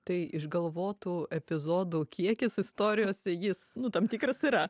tai išgalvotų epizodų kiekis istorijose jis nu tam tikras yra